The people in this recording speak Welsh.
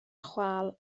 chwâl